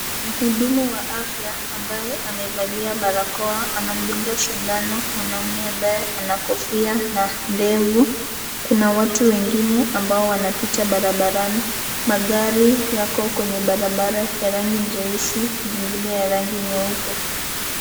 Mhudumu wa afya ambaye amevalia barakoa anamdunga sindano mwanaume ambaye ana kofia na ndevu. Kuna watu wengine ambao wanapita barabarani, magari yako kwenye barabara ya rangi nyeusi nyingine ya rangi nyeupe.